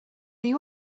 you